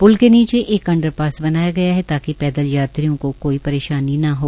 प्ल के नीचे एक अंडरपास बनाया गया है ताकि पैदल यात्रियों को कोई परेशानी न हो